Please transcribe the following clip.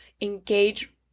engage